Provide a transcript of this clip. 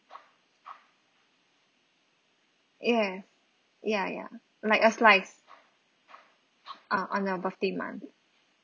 ya ya ya like a slice ah on your birthday month